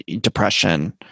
depression